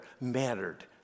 mattered